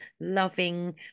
loving